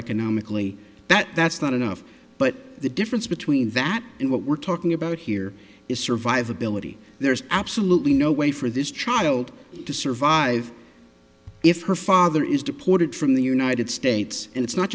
economically that that's not enough but the difference between that and what we're talking about here is survivability there's absolutely no way for this child to survive if her father is deported from the united states and it's not